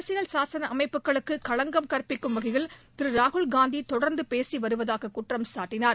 அரசியல் சாசன அமைப்புகளுக்கு களங்கம் கற்பிக்கும் வகையில் திரு ராகுல்காந்தி தொடர்ந்து பேசி வருவதாக குற்றம் சாட்டினார்